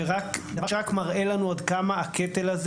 דבר שרק מראה לנו עד כמה הקטל הזה